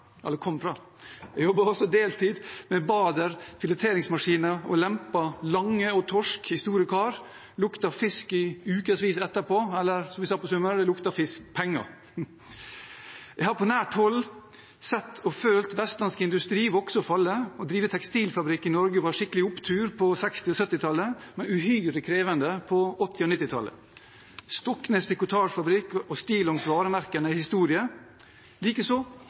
Jeg jobbet også deltid med Baader fileteringsmaskiner og lempet lange og torsk i store kar. Jeg luktet fisk i ukesvis etterpå – eller som vi sier på Sunnmøre: Det luktet penger. Jeg har på nært hold sett og følt vestlandsk industri vokse og falle. Å drive tekstilfabrikk i Norge var skikkelig opptur på 1960- og 1970-tallet, men uhyre krevende på 1980- og 1990-tallet. Stoknes Trikotasjefabrikk og varemerket stillongs er historie, likeså